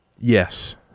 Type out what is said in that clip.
Yes